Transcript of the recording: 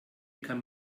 kann